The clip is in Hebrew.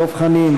דב חנין,